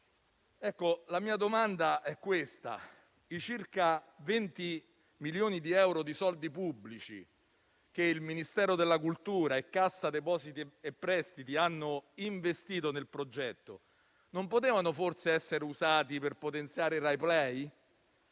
La mia domanda è la seguente: i circa 20 milioni di euro di soldi pubblici che il Ministero della cultura e Cassa depositi e prestiti hanno investito nel progetto non potevano essere usati forse per potenziare Raiplay